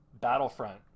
Battlefront